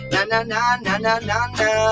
Na-na-na-na-na-na-na